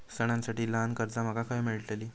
सणांसाठी ल्हान कर्जा माका खय मेळतली?